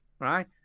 right